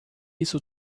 isso